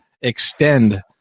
extend